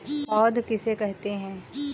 पौध किसे कहते हैं?